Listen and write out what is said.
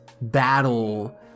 battle